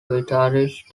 guitarist